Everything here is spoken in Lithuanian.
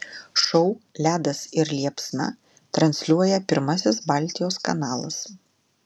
šou ledas ir liepsna transliuoja pirmasis baltijos kanalas